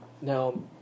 now